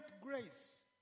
grace